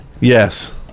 Yes